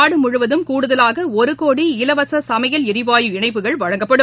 நாடு முழுவதம் கூடுதலாக ஒரு கோடி இலவச சமையல் எரிவாயு இணைப்புகள் வழங்கப்படும்